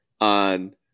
on